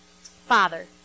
father